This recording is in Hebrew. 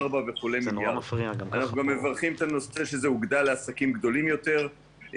ארבעה --- אנחנו גם מברכים שזה הוגדל לעסקים גדולים יותר.